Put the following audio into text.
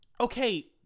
okay